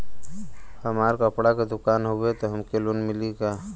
हमार कपड़ा क दुकान हउवे त हमके लोन मिली का?